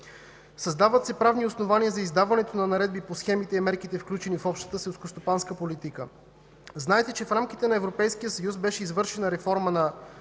Създават се правни основания за издаването на наредби по схемите и мерките, включени в Общата селскостопанска политика. Знаете, че в рамките на Европейския съюз беше извършена реформа на